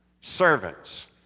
servants